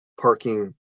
parking